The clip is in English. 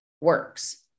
works